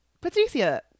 Patricia